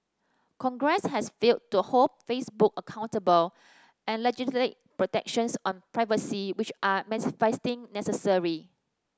congress has failed to hold Facebook accountable and legislate protections on privacy which are manifestly necessary